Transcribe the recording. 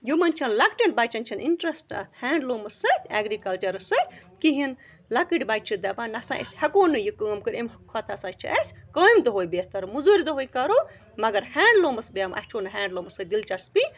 یِمَن چھےٚ لۄکٹٮ۪ن بَچَن چھِنہٕ اِنٹرٛسٹ اَتھ ہینٛڈلوٗمَس سۭتۍ اٮ۪گرِکَلچَرَس سۭتۍ کِہیٖنۍ لۄکٕٹۍ بَچہِ چھِ دَپان نَہ سا أسۍ ہٮ۪کو نہٕ یہِ کٲم کٔرِتھ اَمہِ کھۄتہٕ ہَسا چھِ اَسہِ کامہِ دۄہٕے بہتر موٚزوٗزۍ دۄہٕے کَرو مگر ہینٛڈلوٗمَس اَسہِ چھُو نہٕ ہینٛڈلوٗمَس سۭتۍ دِلچَسپی